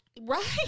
Right